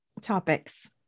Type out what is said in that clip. topics